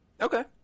Okay